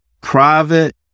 private